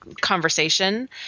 conversation